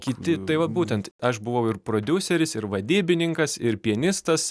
kiti tai vat būtent aš buvau ir prodiuseris ir vadybininkas ir pianistas